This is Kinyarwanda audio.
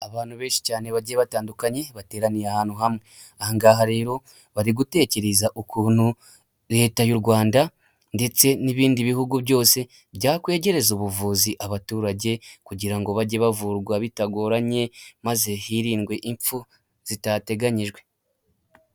Abantu benshi cyane bagiye batandukanye bateraniye ahantu hamwe aha ngaha rero bari gutekereza ukuntu leta y'u Rwanda ndetse n'ibindi bihugu byose byakwegerereza ubuvuzi abaturage kugira ngo bajye bavurwa bitagoranye maze hirindwe impfu zitateganyijwe.